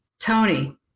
tony